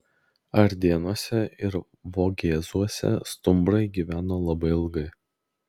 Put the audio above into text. ardėnuose ir vogėzuose stumbrai gyveno labai ilgai